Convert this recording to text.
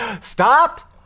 Stop